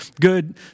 good